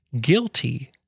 guilty